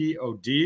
pod